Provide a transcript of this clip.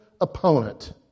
opponent